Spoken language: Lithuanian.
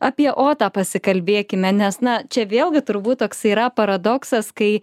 apie otą pasikalbėkime nes na čia vėlgi turbūt toksai yra paradoksas kai